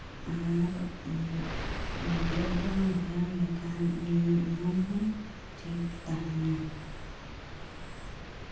ᱟᱨ ᱡᱳᱜ ᱵᱮᱭᱟᱢ ᱵᱮᱭᱟᱢ ᱞᱮᱠᱷᱟᱱ ᱢᱚᱱ ᱦᱚᱸ ᱴᱷᱤᱠ ᱛᱟᱸᱦᱮᱱᱟ